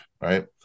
right